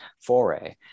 foray